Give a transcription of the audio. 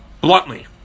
Bluntly